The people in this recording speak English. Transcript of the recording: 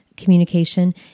communication